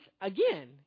again